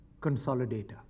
consolidator